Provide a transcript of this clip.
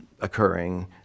occurring